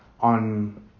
on